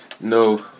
No